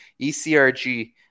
ECRG